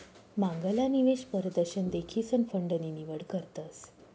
मांगला निवेश परदशन देखीसन फंड नी निवड करतस